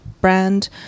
brand